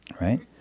Right